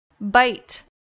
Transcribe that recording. Bite